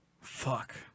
Fuck